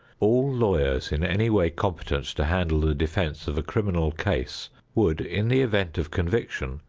all lawyers in any way competent to handle the defense of a criminal case would, in the event of conviction,